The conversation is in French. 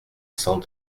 cent